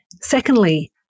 Secondly